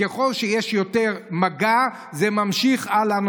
ככל שיש יותר מגע זה ממשיך הלאה,